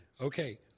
Okay